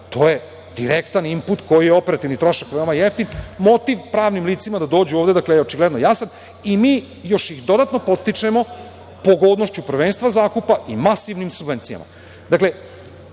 To je direktan imput koji operativni trošak veoma jeftin motiv pravnim licima da dođu ovde, dakle, je očigledno jasan i mi još ih dodatno podstičemo pogodnošću prvenstva zakupa i masivnim subvencijama.